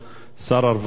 שר הרווחה,